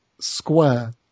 square